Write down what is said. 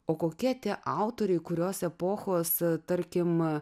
o kokie tie autoriai kurios epochos tarkim